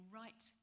right